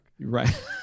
right